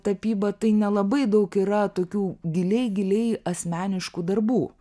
tapybą tai nelabai daug yra tokių giliai giliai asmeniškų darbų